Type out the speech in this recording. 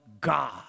God